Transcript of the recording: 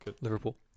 Liverpool